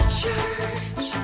church